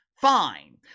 fine